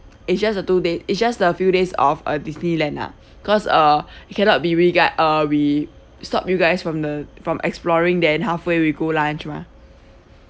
it's just a two day it's just the few days of uh disneyland lah cause uh we cannot be we gu~ uh we stop you guys from the from exploring then halfway we go lunch mah